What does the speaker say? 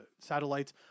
satellites